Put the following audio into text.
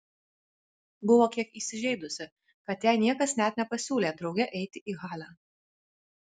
buvo kiek įsižeidusi kad jai niekas net nepasiūlė drauge eiti į halę